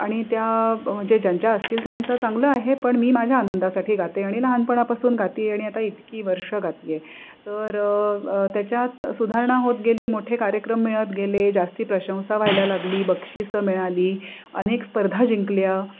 आणि त्या जे ज्यांच्या असतील त्यांचं चांगलं आहे पण मी माझ्या आनंदासाठी गाते आणि लहानपणापासून गाते आहे आणि आता इतकी वर्षं गाते आहे तर त्याच्यात सुधारणा होत गेली मोठे कार्यक्रम मिळत गेले जास्त प्रशंसा व्हायला लागली बक्षीसं मिळाली अनेक स्पर्धा जिंकल्या